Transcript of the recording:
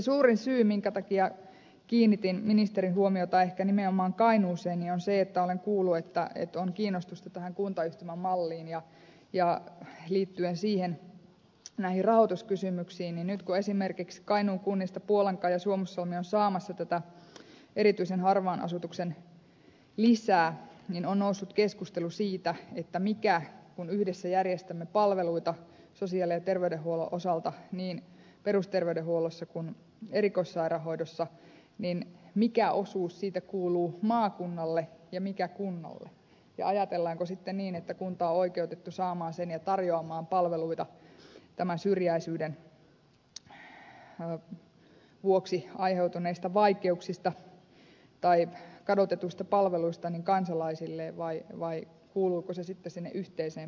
suurin syy minkä takia kiinnitin ministerin huomiota nimenomaan kainuuseen on se että olen kuullut että on kiinnostusta tähän kuntayhtymämalliin ja liittyen näihin rahoituskysymyksiin niin nyt kun esimerkiksi kainuun kunnista puolanka ja suomussalmi ovat saamassa tätä erityisen harvan asutuksen lisää on noussut keskustelu siitä että kun yhdessä järjestämme palveluita sosiaali ja terveydenhuollon osalta niin perusterveydenhuollossa kuin erikoissairaanhoidossa niin mikä osuus siitä kuuluu maakunnalle ja mikä kunnalle ja ajatellaanko sitten niin että kunta on oikeutettu saamaan sen ja tarjoamaan palveluita tämän syrjäisyyden vuoksi aiheutuneista vaikeuksista tai kadotetuista palveluista kansalaisilleen vai kuuluuko se sitten sinne yhteiseen pottiin